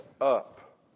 up